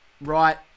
right